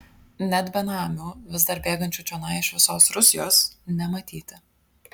net benamių vis dar bėgančių čionai iš visos rusijos nematyti